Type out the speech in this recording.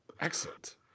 Excellent